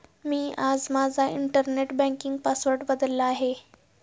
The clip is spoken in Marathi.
मी आज माझा इंटरनेट बँकिंग पासवर्ड बदलला आहे